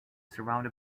surrounded